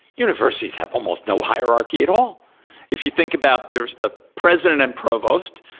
universities have almost no hierarchy at all if you think about there's the president and provost,